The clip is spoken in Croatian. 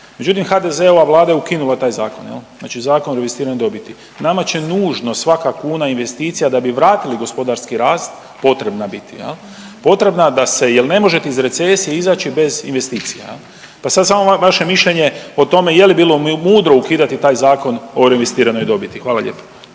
međutim HDZ-ova Vlada je ukinula taj zakon jel, znači Zakon o investiranju dobiti. Nama će nužno svaka kuna i investicija da bi vratili gospodarski rast potrebna biti, potrebna da se jer ne možete iz recesije izaći bez investicija. Pa sad samo vaše mišljenje o tome je li bilo mudro ukidati taj Zakon o reinvestiranoj dobiti. **Reiner,